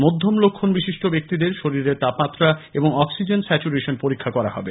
মধ্যম লক্ষণ বিশিষ্ট ব্যক্তিদের শরীরের তাপমাত্রা এবং অক্সিজেন স্যাচুরেশন পরীক্ষা করা হবে